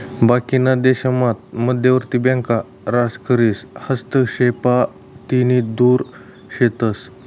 बाकीना देशामात मध्यवर्ती बँका राजकारीस हस्तक्षेपतीन दुर शेतस